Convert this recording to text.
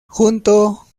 junto